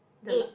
eight